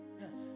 Yes